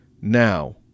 now